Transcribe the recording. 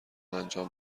انجام